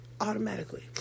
automatically